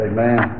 Amen